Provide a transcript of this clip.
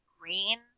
Green